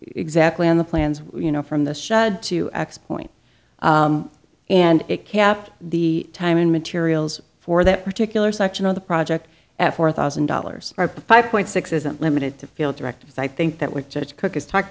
exactly on the plans you know from the two x point and it kept the time and materials for that particular section of the project at four thousand dollars or five point six isn't limited to field directives i think that would judge cook is talking